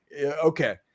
Okay